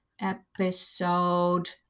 episode